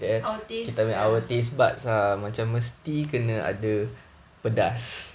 our tastes ya